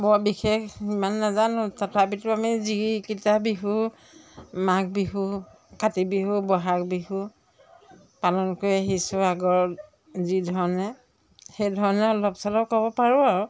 বৰ বিশেষ ইমান নাজানো তথাপিতো আমি যিকেইটা বিহু মাঘ বিহু কাতি বিহু বহাগ বিহু পালন কৰি আহিছোঁ আগৰ যিধৰণে সেই ধৰণে অলপ চলপ ক'ব পাৰোঁ আৰু